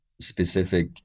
specific